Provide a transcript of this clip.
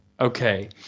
Okay